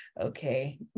okay